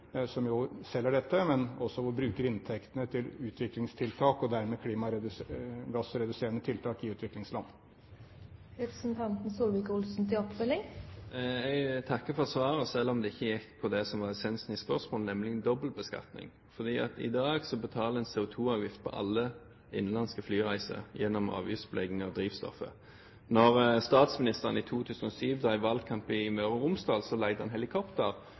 som jo selger dette, men også at vi bruker inntektene til utviklingstiltak og dermed klimagassreduserende tiltak i utviklingsland. Jeg takker for svaret selv om det ikke gikk på det som var essensen i spørsmålet, nemlig dobbeltbeskatning, for i dag betaler en CO2-avgift på alle innenlandske flyreiser gjennom avgiftsbelegging av drivstoffet. Da statsministeren i 2007 drev valgkamp i Møre og Romsdal, leide han helikopter